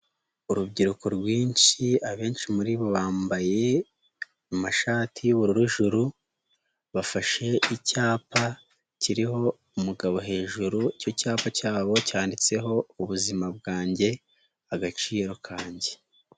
Urubyiruko rwinshi abenshi muri bo bambaye amashati y'ubururu juru, bafashe icyapa kiriho umugabo hejuru, icyo cyapa cyabo cyanditseho ubuzima bwanjye agaciro kanjye.